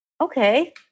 okay